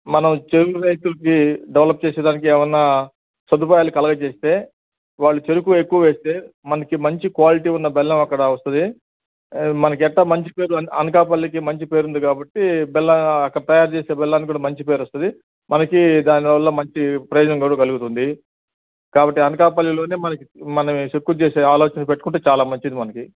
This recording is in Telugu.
మన చెరుకు రైతులకి డెవలప్ చేసే దానికి ఏమన్న సదుపాయాలు కలగచేస్తే వాళ్ళు చెరుకు ఎక్కువ వేస్తే మనకి మంచి క్వాలిటీ ఉన్న బెల్లం అక్కడ వస్తుంది మనకి ఎట్ట మంచి పేరు అనకాపల్లికి మంచి పేరు ఉంది కాబట్టి బెల్లం అక్కడ తయారు చేసే బెల్లానికి కూడా మంచి పేరు వస్తుంది మనకి దానివల్ల మంచి ప్రయోజనం కూడా కలుగుతుంది కాబట్టి అనకాపల్లిలో మనకి మన ఈ ఎక్కువ చేసే ఆలోచన పెట్టుకుంటే చాలా మంచిది మనకి